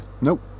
Nope